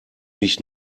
ich